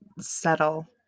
settle